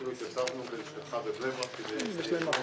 אפילו התייצבנו בשבילך בבני ברק כדי ---.